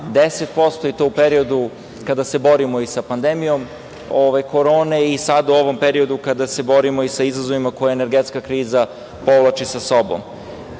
10% i to u periodu kada se borimo i sa pandemijom korone i sada u ovom periodu kada se borimo i sa izazovima koje energetska kriza povlači sa sobom. Naš